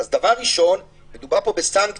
אז דבר ראשון, מדובר פה בסנקציה.